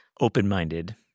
Open-minded